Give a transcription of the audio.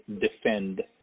DEFEND